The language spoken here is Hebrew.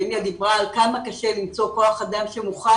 והניה דיברה על כמה קשה למצוא כח אדם שמוכן